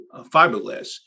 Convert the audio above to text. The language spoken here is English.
fiberglass